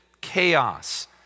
chaos